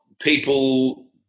people